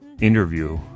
interview